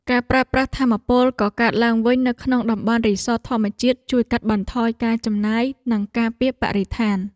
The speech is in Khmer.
ការប្រើប្រាស់ថាមពលកកើតឡើងវិញនៅក្នុងតំបន់រីសតធម្មជាតិជួយកាត់បន្ថយការចំណាយ និងការពារបរិស្ថាន។